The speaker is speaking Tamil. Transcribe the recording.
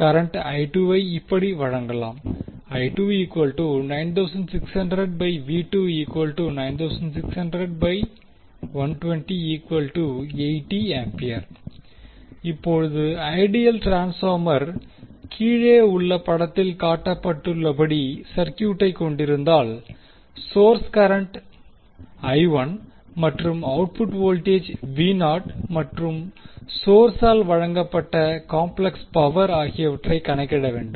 கரண்ட் வை இப்படி வழங்கலாம் இப்போது ஐடியல் ட்ரான்ஸ்பார்மர் கீழே உள்ள படத்தில் காட்டப்பட்டுள்ளபடி சர்க்யூட்டை கொண்டிருந்தால் சோர்ஸ் கரண்ட் மற்றும் அவுட்புட் வோல்டேஜ் மற்றும் சோர்ஸால் வழங்கப்பட்ட காம்ப்ளெக்ஸ் பவர் ஆகியவற்றைக் கணக்கிட வேண்டும்